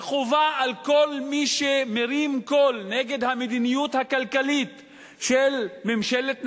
וחובה על כל מי שמרים קול נגד המדיניות הכלכלית של ממשלת נתניהו,